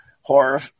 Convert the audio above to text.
horror